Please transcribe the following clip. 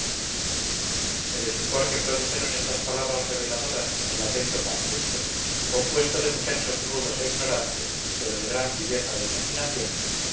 el estupor que produjeron estas palabras reveladoras en el atento concurso compuesto de muchachos rudos e ignorantes pero de gran viveza de imaginación